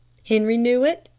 henri knew it,